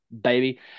baby